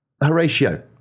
Horatio